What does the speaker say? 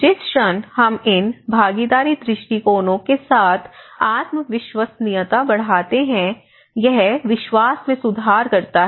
जिस क्षण हम इन भागीदारी दृष्टिकोणों के साथ आत्म विश्वसनीयता बढ़ाते हैं यह विश्वास में सुधार करता है